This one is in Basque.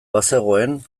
bazegoen